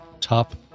top